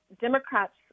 Democrats